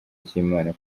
cy’imana